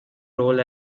role